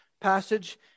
passage